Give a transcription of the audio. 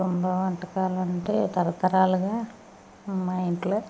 ఆంధ్ర వంటకాలు అంటే తరతరాలుగా మా ఇంట్లో